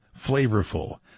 flavorful